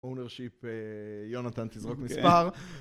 owenership אה... יונתן תזרוק מספר.